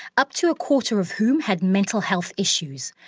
up to a quarter of whom had mental health issues.